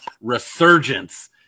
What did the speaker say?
resurgence